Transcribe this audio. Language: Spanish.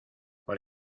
por